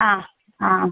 ആ ആ